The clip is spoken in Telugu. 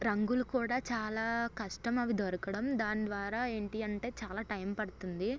రంగులు కూడా చాలా కష్టం అవి దొరకడం దాని ద్వారా ఏంటి అంటే చాలా టైం పడుతుంది